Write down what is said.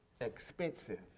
expensive